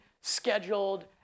scheduled